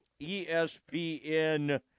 ESPN